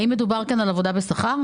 האם מדובר כאן על עבודה בשכר?